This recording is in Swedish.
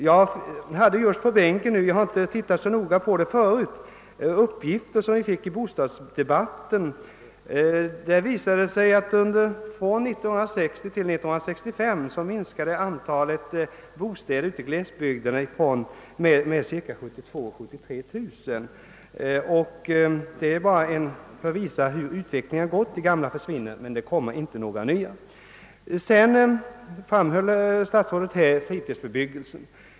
Jag studerade just i min bänk en del uppgifter som vi fick i bostadsdebatten. Från 1960 till 1965 minskade antalet bostäder i glesbygden med mellan 72 000 och 73 000. Detta visar hur den utvecklingen varit — de gamla bostäderna försvinner och det kommer inte några nya. Statsrådet framhöll fritidsbebyggelsen.